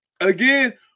again